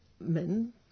men